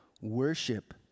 Worship